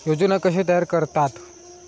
योजना कशे तयार करतात?